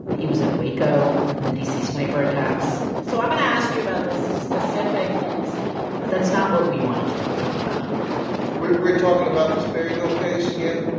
he was at waco and the d c. sniper attacks so i'm going to ask you about this specific incident but that's not what we wanted to talk to him about we're we're talking about the sperryville case again?